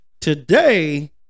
today